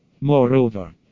moreover